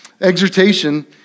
Exhortation